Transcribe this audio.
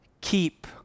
Keep